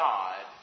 God